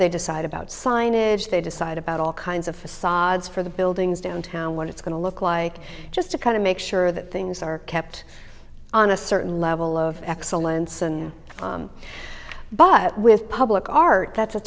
they decide about signage they decide about all kinds of facades for the buildings downtown what it's going to look like just to kind of make sure that things are kept on a certain level of excellence and but with public art that's a